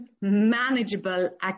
manageable